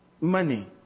money